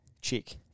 check